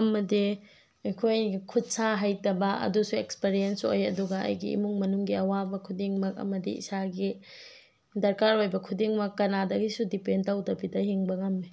ꯑꯃꯗꯤ ꯑꯩꯈꯣꯏꯒꯤ ꯈꯨꯠ ꯁꯥ ꯍꯩꯇꯕ ꯑꯗꯨꯁꯨ ꯑꯦꯛꯁꯄꯔꯤꯌꯦꯟꯁ ꯑꯣꯏ ꯑꯗꯨꯒ ꯑꯩꯒꯤ ꯏꯃꯨꯡ ꯃꯅꯨꯡꯒꯤ ꯑꯋꯥꯕ ꯈꯨꯗꯤꯡꯃꯛ ꯑꯃꯗꯤ ꯏꯁꯥꯒꯤ ꯗꯔꯀꯥꯔ ꯑꯣꯏꯕ ꯈꯨꯗꯤꯡꯃꯛ ꯀꯅꯥꯗꯒꯤꯁꯨ ꯗꯤꯄꯦꯟ ꯇꯧꯗꯕꯤꯗ ꯍꯤꯡꯕ ꯉꯝꯃꯤ